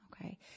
Okay